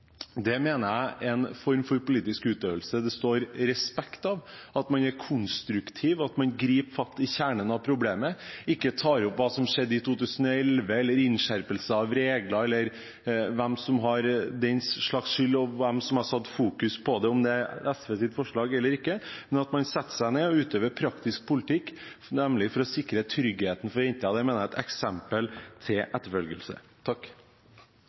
Det mener jeg er en form for politisk utøvelse det står respekt av – at man er konstruktiv, at man griper fatt i kjernen av problemet, og ikke tar opp hva som skjedde i 2011, eller innskjerpelse av regler, eller hvem som har den slags skyld, hvem som har satt fokus på det, og om det er SVs forslag eller ikke, men at man setter seg ned og utøver praktisk politikk for å sikre tryggheten for jenter. Det mener jeg er et eksempel til etterfølgelse.